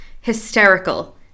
hysterical